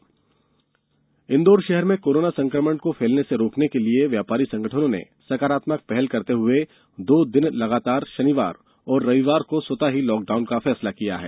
व्यापारी लॉकडाउन इंदौर शहर में कोरोना संक्रमण को फैलने से रोकने के लिए व्यापारी संगठनों ने सकारात्मक पहल करते हुए दो दिन लगातार षनिवार और रविवार को स्वतः ही लॉकडाउन का फैसला किया है